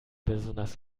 besonders